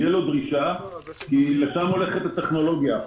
תהיה לו דרישה כי לשם הולכת הטכנולוגיה.